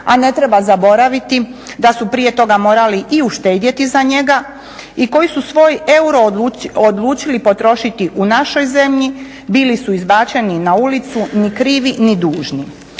a ne treba zaboraviti da su prije toga morali i uštedjeti za njega i koji su svoj euro odlučili potrošiti u našoj zemlji, bili su izbačeni na ulicu ni krivi ni dužni.